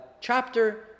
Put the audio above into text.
chapter